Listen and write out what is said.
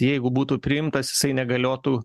jeigu būtų priimtas jisai negaliotų